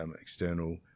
external